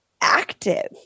active